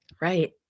Right